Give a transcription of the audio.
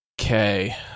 okay